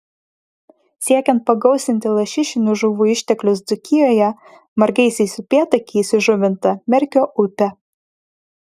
siekiant pagausinti lašišinių žuvų išteklius dzūkijoje margaisiais upėtakiais įžuvinta merkio upė